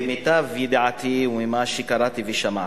למיטב ידיעתי וממה שקראתי ושמעתי,